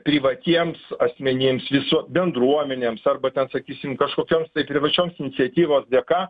privatiems asmenims visų bendruomenėms arba ten sakysim kažkokioms tai privačios iniciatyvos dėka